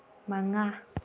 ꯃꯉꯥ